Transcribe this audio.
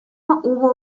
hubo